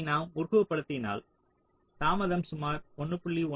இதை நாம் உருவகப்படுத்தினால் தாமதம் சுமார் 1